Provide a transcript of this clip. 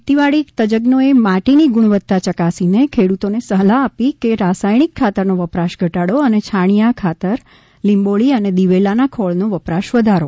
ખેતીવાડી તજજ્ઞો એ માટી ની ગુણવતા ચકાસી ખેડૂતો ને સલાહ આપી કે રાસાયણિક ખાતરનો વપરાશ ઘટાડો અને છાણીયા ખાતર લીંબોળી અને દિવેલાના ખોળ નો વપરાશ વધારો